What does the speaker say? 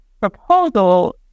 proposal